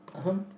(uh huh)